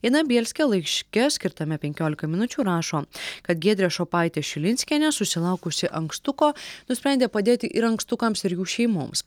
ina bielskė laiške skirtame penkiolikai minučių rašo kad giedrė šopaitė šilinskienė susilaukusi ankstuko nusprendė padėti ir ankstukams ir jų šeimoms